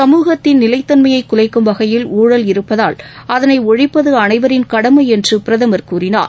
சமூகத்தின் நிலைத்தன்மையை குலைக்கும் வகையில் ஊழல் இருப்பதால் அதனை ஒழிப்பது அனைவரின் கடமை என்று பிரதமர் கூறினார்